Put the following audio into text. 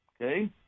okay